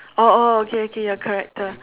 oh oh oh okay okay your character